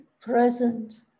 present